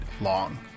long